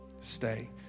stay